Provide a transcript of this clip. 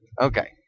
Okay